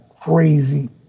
crazy